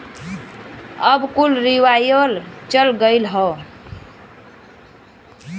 अब कुल रीवाइव चल गयल हौ